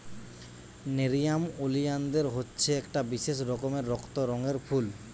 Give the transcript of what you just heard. nerium oleander হচ্ছে একটা বিশেষ রকমের রক্ত রঙের ফুল